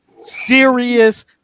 serious